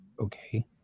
okay